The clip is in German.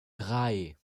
drei